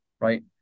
right